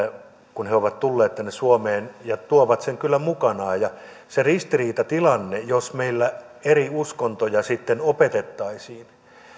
kun he ovat tulleet tänne suomeen ja he tuovat sen kyllä mukanaan se ristiriitatilanne jos meillä eri uskontoja sitten opetettaisiin